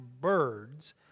birds